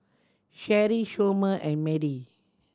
Sherry Somer and Madie